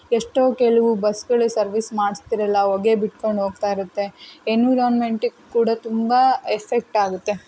ಎಷ್ಟೋ ಕೆಲವು ಬಸ್ಗಳು ಸರ್ವೀಸ್ ಮಾಡಿಸ್ತಿರಲ್ಲ ಹೊಗೆ ಬಿಟ್ಕೊಂಡು ಹೋಗ್ತಾ ಇರುತ್ತೆ ಎನ್ವಿರೋನ್ಮೆಂಟಿಗೆ ಕೂಡ ತುಂಬ ಎಫೆಕ್ಟಾಗುತ್ತೆ